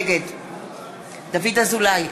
נגד דוד אזולאי,